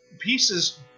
pieces